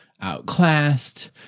outclassed